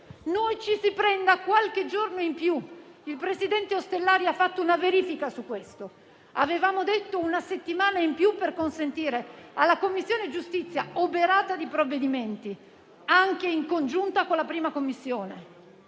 noi ci si prenda qualche giorno in più. Il presidente Ostellari ha fatto una verifica sul punto; avevamo detto una settimana in più per consentire alla Commissione giustizia, oberata di provvedimenti, che sta già decidendo in congiunta con la Commissione